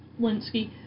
Linsky